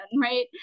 right